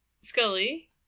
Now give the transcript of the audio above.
Scully